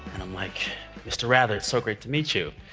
and i'm like mr. rather, it's so great to meet you.